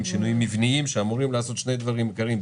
שינויים מבניים שאמורים לעשות שני דברים עיקריים,